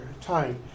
time